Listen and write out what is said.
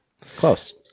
Close